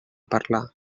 parlar